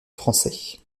français